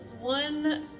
one